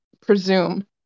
presume